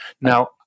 Now